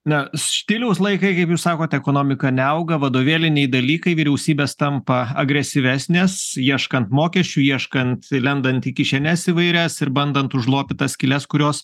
na štiliaus laikai kaip jūs sakot ekonomika neauga vadovėliniai dalykai vyriausybės tampa agresyvesnės ieškant mokesčių ieškant lendant į kišenes įvairias ir bandant užlopyt tas skyles kurios